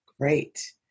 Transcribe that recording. Great